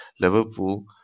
Liverpool